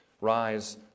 Rise